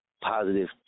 positive